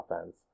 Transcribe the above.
offense